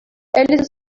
eles